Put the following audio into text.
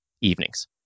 evenings